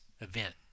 event